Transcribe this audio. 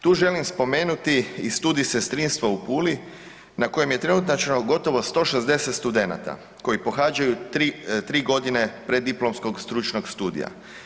Tu želim spomenuti i Studij sestrinstva u Puli na kojem je trenutačno gotovo 160 studenata koji pohađaju 3, 3.g. preddiplomskog stručnog studija.